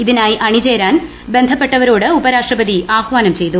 ഇതിനായി അണിചേരാൻ എം ബന്ധപ്പെട്ടവരോട് ഉപരാഷ്ട്രപതി ആഹ്വാനും ചെയ്തു